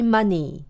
Money